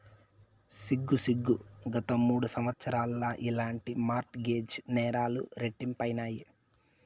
సిగ్గు సిగ్గు, గత మూడు సంవత్సరాల్ల ఇలాంటి మార్ట్ గేజ్ నేరాలు రెట్టింపైనాయి